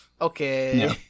okay